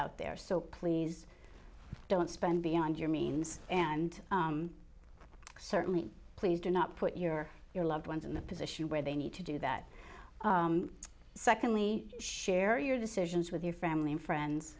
out there so please don't spend beyond your means and certainly please do not put your your loved ones in the position where they need to do that secondly share your decisions with your family and friends